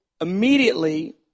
immediately